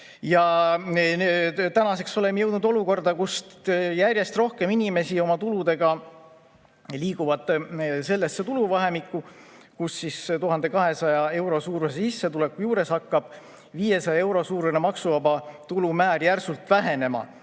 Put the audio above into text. Tänaseks oleme jõudnud olukorda, kus järjest rohkem inimesi liigub oma tuludega sellesse tuluvahemikku, kus [rohkem kui] 1200 euro suuruse sissetuleku juures hakkab 500 euro suurune maksuvaba tulu määr järsult vähenema